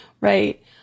Right